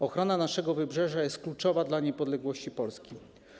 Ochrona naszego Wybrzeża jest kluczowa dla niepodległości Polski.